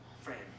friend